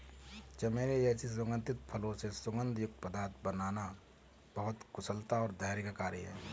चमेली जैसे सुगंधित फूलों से सुगंध युक्त पदार्थ बनाना बहुत कुशलता और धैर्य का कार्य है